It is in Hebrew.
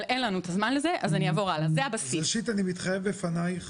אז ראשית אני מתחייב בפנייך